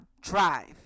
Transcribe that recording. drive